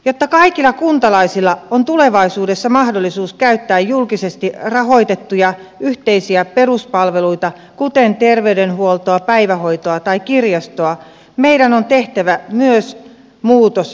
jotta kaikilla kuntalaisilla on tulevaisuudessa mahdollisuus käyttää julkisesti rahoitettuja yhteisiä peruspalveluita kuten terveydenhuoltoa päivähoitoa tai kirjastoa meidän on tehtävä myös muutos palvelurakenteisiin